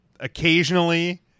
Occasionally